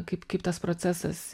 kaip kaip tas procesas